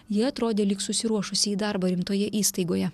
ji atrodė lyg susiruošusi į darbą rimtoje įstaigoje